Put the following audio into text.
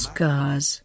Scars